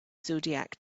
zodiac